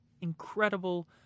incredible